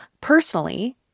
personally